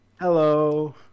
Hello